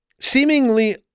seemingly